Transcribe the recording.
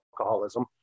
alcoholism